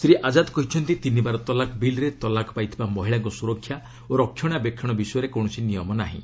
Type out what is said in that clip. ଶ୍ରୀ ଆଜାଦ୍ କହିଛନ୍ତି ତିନିବାର ତଲାକ୍ ବିଲ୍ରେ ତଲାକ୍ ପାଇଥିବା ମହିଳାଙ୍କ ସୁରକ୍ଷା ଓ ରକ୍ଷଣାବେକ୍ଷଣ ବିଷୟରେ କୌଣସି ନିୟମ ନାହିଁ